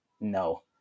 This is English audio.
no